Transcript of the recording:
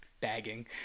bagging